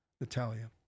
Natalia